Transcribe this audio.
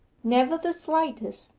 never the slightest.